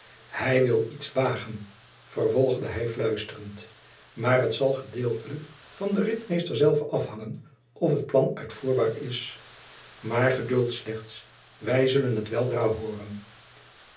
hy wil iets wagen vervolgde hy fluisterend maar het zal gedeeltelijk van den ritmeester zelven afhangen of het plan uitvoerbaar is maar geduld slechts wy zullen het weldra hooren